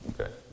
Okay